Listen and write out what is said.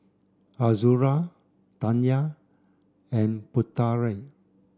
Azura Dayang and Putera